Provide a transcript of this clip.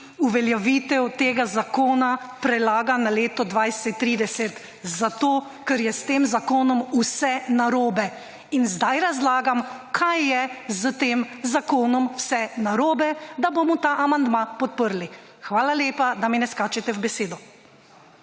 uveljavitev tega zakona prelaga na leto 2030, zato ker je s tem zakonom vse narobe. In zdaj razlagam, kaj je s tem zakonom vse narobe, da bomo ta amandma podprli. Hvala lepa, da mi ne skačete v besedo.